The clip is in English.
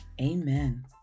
Amen